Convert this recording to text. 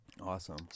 Awesome